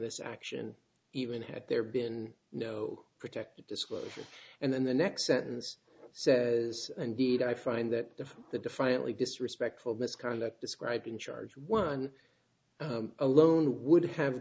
this action even had there been no protective disclosure and then the next sentence says indeed i find that the defiantly disrespectful misconduct described in charge one alone would have